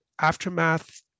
aftermath